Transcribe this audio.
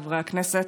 הכנסת,